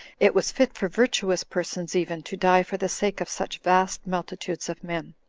it was fit for virtuous persons even to die for the sake of such vast multitudes of men.